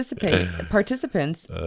Participants